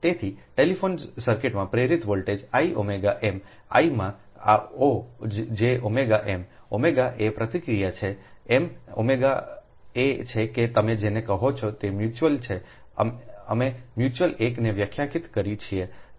તેથી ટેલિફોન સર્કિટમાં પ્રેરિત voltage I omega m l માં ઓ j ઓમેગા m ઓમેગા એ પ્રતિક્રિયા છે એમ ઓમેગા એ છે કે તમે જેને કહો છો તે મ્યુચ્યુઅલ છે અમે મ્યુચ્યુઅલ 1 ને વ્યાખ્યાયિત કરીએ છીએ